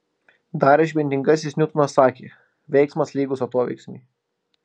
dar išmintingasis niutonas sakė veiksmas lygus atoveiksmiui